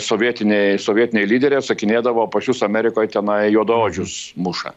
sovietiniai sovietiniai lyderiai atsakinėdavo pas jus amerikoj tenai juodaodžius muša